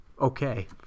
okay